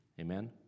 amen